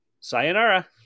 sayonara